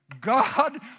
God